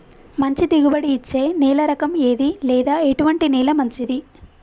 మంచి దిగుబడి ఇచ్చే నేల రకం ఏది లేదా ఎటువంటి నేల మంచిది?